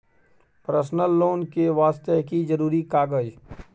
Personal loan ले वास्ते की जरुरी कागज?